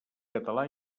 català